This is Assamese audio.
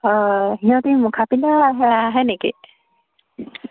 হয় সিহঁতে মুখা পিন্ধা আহে আহে নেকি